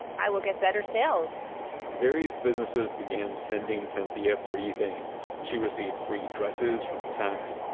i will get better sales various businesses began sending cynthia free things. she received free dresses from saks,